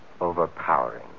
overpowering